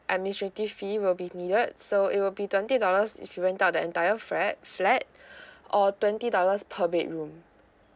administrative fee will be needed so it will be twenty dollars if you rent out the entire fla~ flat or twenty dollars per bedroom